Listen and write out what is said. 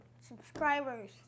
subscribers